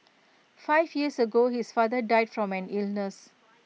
five years ago his father died from an illness